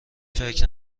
فکر